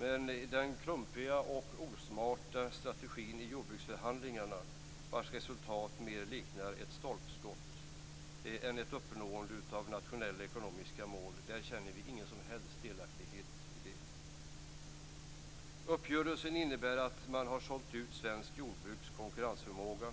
Men en klumpig och osmart strategi i jordbruksförhandlingarna, vars resultat mer liknar ett stolpskott än ett uppnående av ett nationellt ekonomiskt mål, känner vi ingen som helst delaktighet i. Uppgörelsen innebär att man har sålt ut svenskt jordbruks konkurrensförmåga